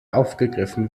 aufgegriffen